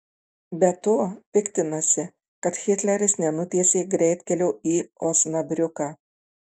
be to piktinasi kad hitleris nenutiesė greitkelio į osnabriuką